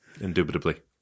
Indubitably